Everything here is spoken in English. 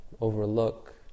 overlook